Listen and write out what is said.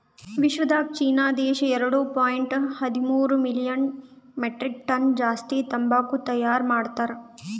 ವಿಶ್ವದಾಗ್ ಚೀನಾ ದೇಶ ಎರಡು ಪಾಯಿಂಟ್ ಹದಿಮೂರು ಮಿಲಿಯನ್ ಮೆಟ್ರಿಕ್ ಟನ್ಸ್ ಜಾಸ್ತಿ ತಂಬಾಕು ತೈಯಾರ್ ಮಾಡ್ತಾರ್